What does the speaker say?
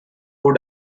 who